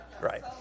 right